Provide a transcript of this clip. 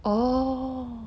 oh